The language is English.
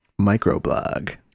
Microblog